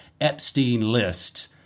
Epstein-List